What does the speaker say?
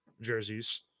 jerseys